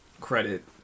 credit